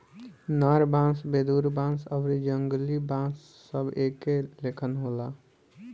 नर बांस, वेदुर बांस आउरी जंगली बांस सब एके लेखन होला